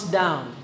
down